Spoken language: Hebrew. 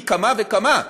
פי כמה וכמה,